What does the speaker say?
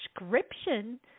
description